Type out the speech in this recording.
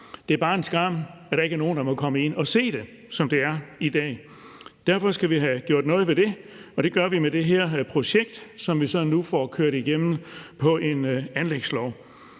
Det er bare en skam, at der ikke er nogen, der må komme ind og se det, som det er i dag. Derfor skal vi have gjort noget ved det, og det gør vi med det her projekt, som vi så nu får kørt igennem på en anlægslov.